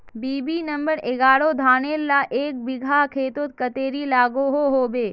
BB number एगारोह धानेर ला एक बिगहा खेतोत कतेरी लागोहो होबे?